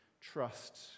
trust